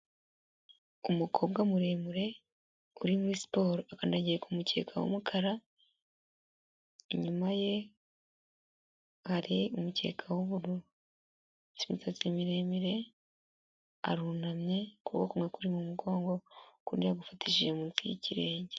Umukobwa muremure uri muri siporo akandagiye ku mukeka w'umukara inyuma ye hari umukeka w'ubururu afite imisatsi miremire arunamye ukuboko kwe kuri mu mugongo ukundi yagufatishije munsi y'ikirenge.